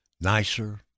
nicer